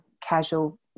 casual